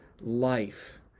life